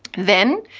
then,